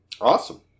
Awesome